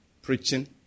preaching